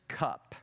cup